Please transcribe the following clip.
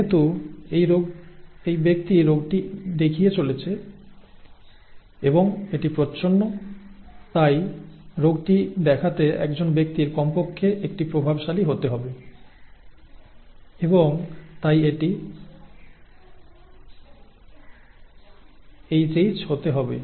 যেহেতু এই ব্যক্তি রোগটি দেখিয়ে চলেছে এবং এটি প্রচ্ছন্ন তাই রোগটি দেখাতে একজন ব্যক্তির কমপক্ষে একটি প্রভাবশালী হতে হয় এবং তাই এটি hH হতে হবে